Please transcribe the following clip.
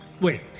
Wait